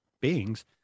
beings